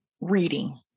Reading